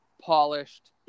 polished